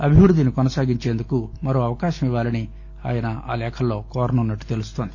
అభివృద్దిని కొనసాగించేందుకు మరో అవకాశం ఇవ్వాలని ఆయన ఈ లేఖల్లో కోరనున్న ట్లు తెలుస్తోంది